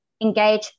engage